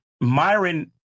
Myron